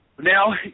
Now